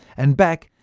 and back,